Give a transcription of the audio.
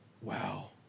Wow